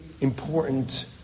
important